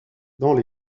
dans